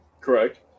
correct